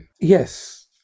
Yes